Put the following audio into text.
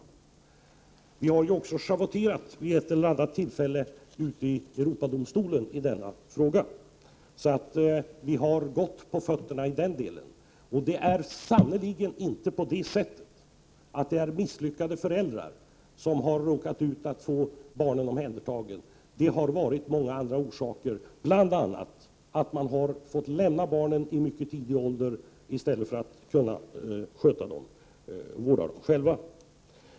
Sverige har också schavotterat vid några tillfällen i Europadomstolen i denna fråga, så vi har bra på fötterna i den delen. Det är sannerligen inte misslyckade föräldrar som har råkat ut för att få barnen omhändertagna, utan det har skett av många andra orsaker. Bl.a. har de fått lämna barnen i mycket tidig ålder i stället för att kunna sköta och vårda dem själva.